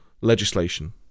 legislation